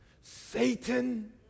Satan